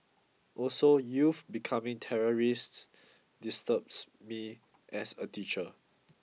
also youth becoming terrorists disturbs me as a teacher